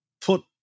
put